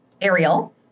Ariel